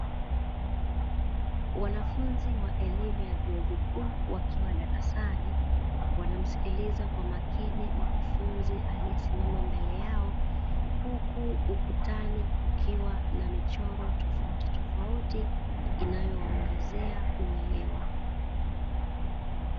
Wanafunzi wa elimu ya vyuo vikuu wakiwa darasani wanamsikiliza kwa makini mkufunzi aliyesimama mbele yao, huku ukutani kukiwa na michoro tofautitofauti inayowaongezea uelewa.